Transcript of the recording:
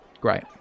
Great